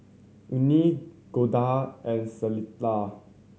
Una Golda and Clella